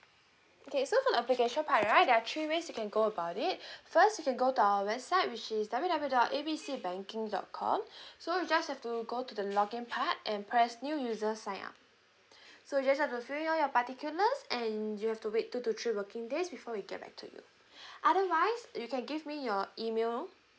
okay so for the application part right there are three ways you can go about it first you can go to our website which is W W W dot A B C banking dot com so you just have to go to the login part and press new user sign up so you just have to fill in all your particulars and you have to wait two to three working days before we get back to you otherwise you can give me your email